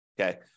Okay